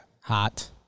Hot